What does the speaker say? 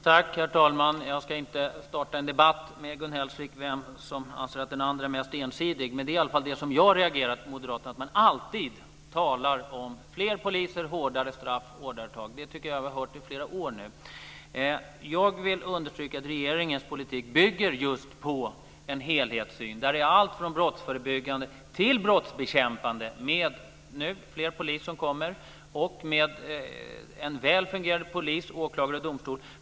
Herr talman! Jag ska inte starta en debatt med Gun Hellsvik om vem som är mest ensidig. Men det som jag har reagerat mot hos Moderaterna är att man alltid talar om fler poliser, hårdare straff och hårdare tag. Det tycker jag att vi har hört i flera år nu. Jag vill understryka att regeringens politik bygger just på en helhetssyn där allt från brottsförebyggande till brottsbekämpande finns med. Nu kommer ju fler poliser, och vi ska ha en väl fungerande polis, åklagare och domstol.